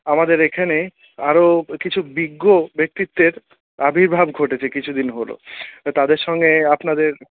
আমাদের এইখানে আরও কিছু বিজ্ঞ ব্যাক্তিত্বের আবির্ভাব ঘটেছে কিছুদিন হলো তো তাঁদের সঙ্গে আপনাদের